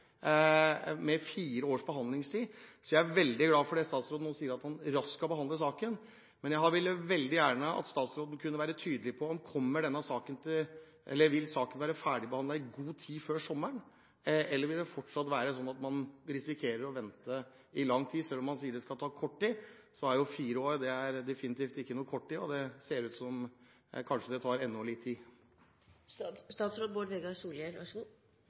Jeg er veldig glad for det statsråden nå sier om at han raskt skal behandle saken, men jeg ville veldig gjerne at statsråden kunne være tydelig på om denne saken vil være ferdigbehandlet i god tid før sommeren, eller om det fortsatt vil være slik at man risikerer å vente i lang tid. Selv om man sier det skal ta kort tid – fire år er definitivt ikke kort tid – ser det ut til at det tar enda mer tid.